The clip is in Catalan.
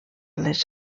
les